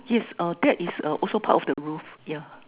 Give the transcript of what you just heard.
yes uh that is also part of the roof yeah